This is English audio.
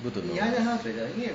good to know